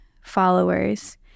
followers